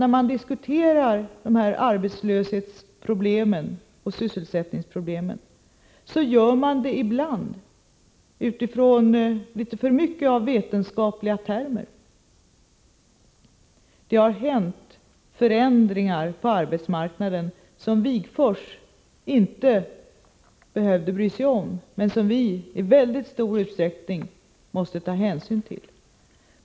När man diskuterar arbetslöshetsproblemen och sysselsättningsproblemen gör man det ibland utifrån litet för mycket av vetenskapliga termer. Det har skett förändringar på arbetsmarknaden. Det har alltså uppstått problem som Ernst Wigforss inte behövde bry sig om, men som vi i mycket stor utsträckning måste ta hänsyn till.